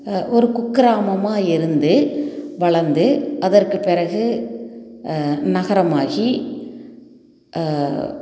ஒரு குக்கிராமமாக இருந்து வளரந்து அதற்கு பிறகு நகரமாகி